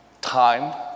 time